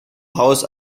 haus